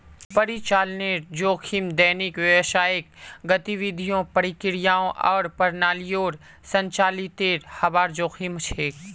परिचालनेर जोखिम दैनिक व्यावसायिक गतिविधियों, प्रक्रियाओं आर प्रणालियोंर संचालीतेर हबार जोखिम छेक